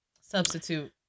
Substitute